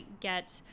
get